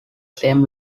same